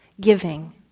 giving